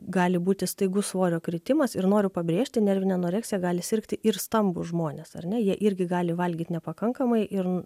gali būti staigus svorio kritimas ir noriu pabrėžti nervine anoreksija gali sirgti ir stambūs žmonės ar ne jie irgi gali valgyt nepakankamai ir